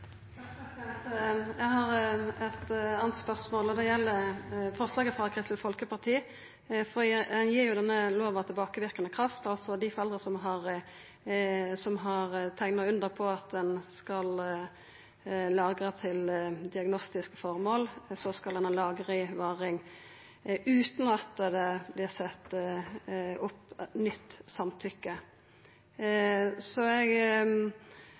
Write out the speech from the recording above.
det gjeld forslaget frå Kristeleg Folkeparti. Ein gir jo denne lova tilbakeverkande kraft, slik at for dei foreldra som har skrive under på lagring til diagnostisk formål, skal lagringa vera varig utan at det vert sett opp nytt samtykke. Eg